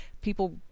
people